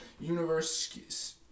universe